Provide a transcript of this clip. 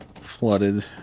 flooded